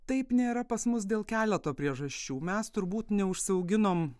taip nėra pas mus dėl keleto priežasčių mes turbūt neužsiauginom